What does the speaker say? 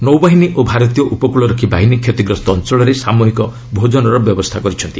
ନୌବାହିନୀ ଓ ଭାରତୀୟ ଉପକୂଳରକ୍ଷୀ ବାହିନୀ କ୍ଷତିଗ୍ରସ୍ତ ଅଞ୍ଚଳରେ ସାମୁହିକ ଭୋଜନର ବ୍ୟବସ୍ଥା କରିଛନ୍ତି